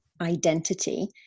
identity